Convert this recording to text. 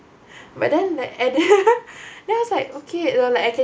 but then that and then I was like okay you know like